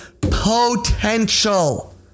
potential